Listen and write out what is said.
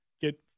Get